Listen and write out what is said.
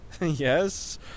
Yes